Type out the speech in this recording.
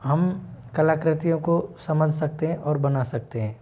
हम कलाक्रतियों को समझ सकते हैं और बना सकते हैं